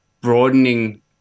broadening